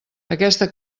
aquesta